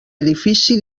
edifici